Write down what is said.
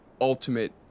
ultimate